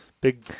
Big